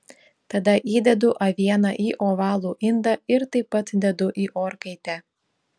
tada įdedu avieną į ovalų indą ir taip pat dedu į orkaitę